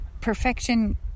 perfection